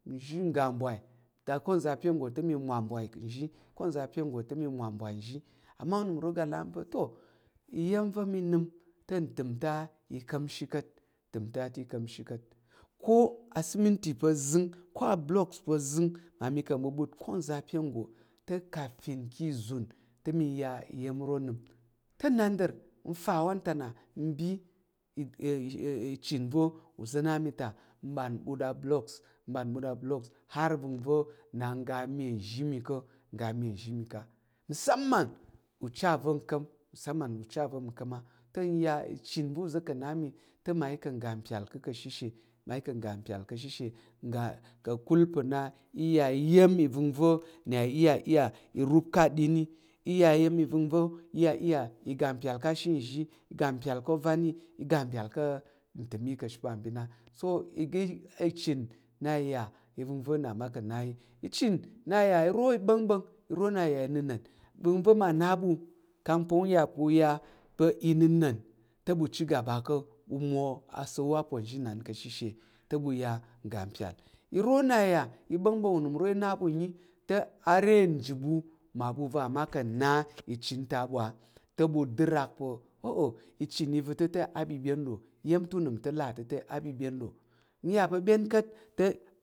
Nzhi ngga mbwai va̱ ko uza̱ re go te mi mwa ubwai uzhi ka̱ uza̱ pye go te nimwa bwai uzhi ama unimro galaani pa to iyem va̱ mi nəm te utəm ta i kam shi ka̱t ntəm ta i kamshi ka̱t ko a chimning pa̱ zəng ko a bol luk pa̱ zəng mmami ka bubuk ko nze pye go te kaka minki izum pe zing te mi ya iyem ro nnim te nnanden lufawantena nbi ichin ve ozo namita man muda bo luks man muda bo luks har ninve na ngga mai nzhi mi ko ngga ma uzhi mi ka̱ mi aman uche ve nkam uche va̱ nkam a te ya i chan ve uzo kaami te nya mmayi ka̱ ga mpyal ka̱ ka̱ shishi mmayi ka̱ ga mpyal ka̱ shishi na ngga ka̱kul pa̱ na iya oya̱m ivəngva̱ nna i iya iya i rup ka̱ ɗin yi iya iya̱m va̱ngnva̱ na i iya iya ga mpyal ka̱ shizhi yi ga mpyal ko va̱ nyi ngga mpyal i ka̱ ntəm yi ka̱ shi apambin a so i ga i chen na ya ivinve na maka na yi igechin naya iro i gbá̱ngbá̱ng iro na ya inana ivəngva̱ ma na ɓu kang pa̱ nya pa̱ u ta̱ pel na̱nən te ɓu cigaba ko ɓu mwo asa̱l- awu aponzhinan ka̱ shishe je ɓu ya uga mpyal iro na ya ìbá̱ngbá̱ng u nəm nro na nyi ta are uji ɓu mmabu va̱ ma ka̱ na i chen ta a ɓu te ɓu dər rak pa̱ o i chen iva̱ te abyen byen ro iya̱m to unəm to là to te abyebye ɗo a ya pa̱ byen ka̱t te